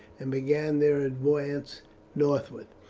and began their advance northwards.